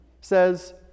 says